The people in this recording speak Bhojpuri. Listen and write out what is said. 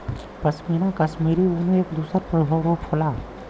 पशमीना कशमीरी ऊन क एक दूसर रूप होला